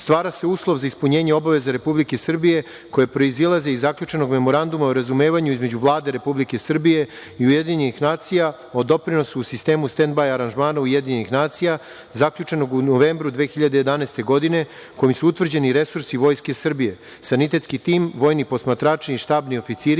stvara se uslov za ispunjenje obaveze Republike Srbije koje proizilaze iz zaključenog Memoranduma o razumevanju između Vlade Republike Srbije i UN o doprinosu u sistemu stend baj aranžmana UN, zaključenog u novembru 2011. godine kojim su utvrđeni resursi Vojske Srbije, sanitetski tim, vojni posmatrači i štabni oficiri